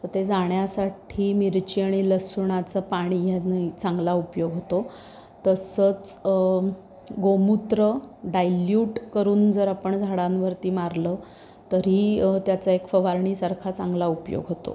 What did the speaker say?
तर ते जाण्यासाठी मिरची आणि लसणाचं पाणी ह्याने चांगला उपयोग होतो तसंच गोमूत्र डायल्यूट करून जर आपण झाडांवरती मारलं तरी त्याचा एक फवारणीसारखा चांगला उपयोग होतो